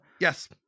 Yes